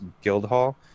Guildhall